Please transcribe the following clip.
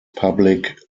public